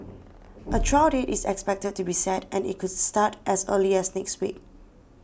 a trial date is expected to be set and it could start as early as next week